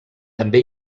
també